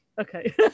Okay